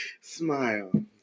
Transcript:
Smile